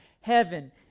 heaven